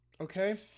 okay